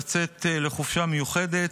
לצאת לחופשה מיוחדת.